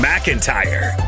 McIntyre